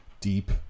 deep